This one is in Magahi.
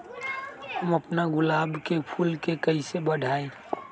हम अपना गुलाब के फूल के कईसे बढ़ाई?